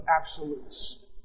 absolutes